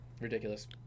Ridiculous